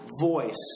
voice